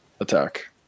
attack